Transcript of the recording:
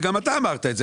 וגם אתה אמרת את זה,